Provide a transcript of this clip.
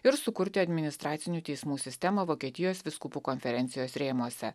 ir sukurti administracinių teismų sistemą vokietijos vyskupų konferencijos rėmuose